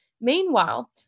Meanwhile